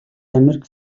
америк